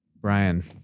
Brian